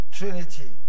Trinity